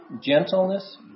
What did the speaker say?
gentleness